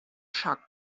shark